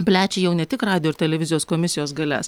plečia jau ne tik radijo ir televizijos komisijos galias